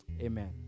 Amen